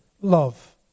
love